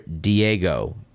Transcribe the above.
Diego